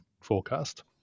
forecast